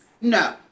No